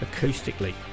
acoustically